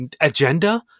agenda